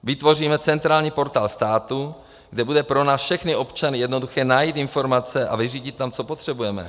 Vytvoříme centrální portál státu, kde bude pro všechny občany jednoduché najít informace a vyřídit tam, co potřebujeme.